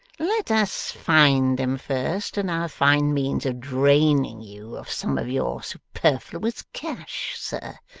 let us find them first, and i'll find means of draining you of some of your superfluous cash, sir,